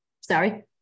sorry